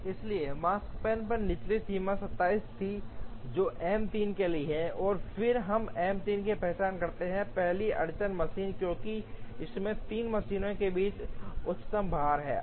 इसलिए मकस्पान पर निचली सीमा 27 थी जो M 3 के लिए है और फिर हम M 3 की पहचान करते हैं पहली अड़चन मशीन क्योंकि इसमें 3 मशीनों के बीच उच्चतम भार है